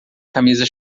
camisa